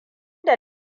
da